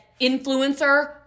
influencer